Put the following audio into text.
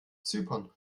zypern